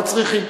לא צריכים,